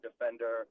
defender